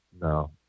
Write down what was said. no